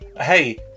hey